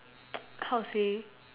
how to say